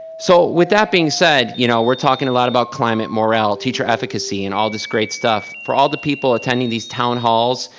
so with that being said you know, we're talking a lot about climate and morale, teacher efficacy and all this great stuff, for all the people attending these town halls,